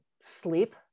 sleep